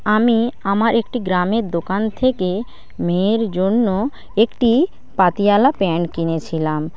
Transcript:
আমি আমার একটি গ্রামের দোকান থেকে মেয়ের জন্য একটি পাটিয়ালা প্যান্ট কিনেছিলাম